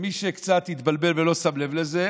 ומי שקצת התבלבל ולא שם לב לזה,